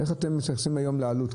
איך אתם מתייחסים היום לעלות?